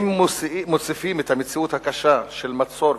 אם מוסיפים את המציאות הקשה של מצור,